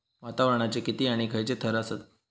वातावरणाचे किती आणि खैयचे थर आसत?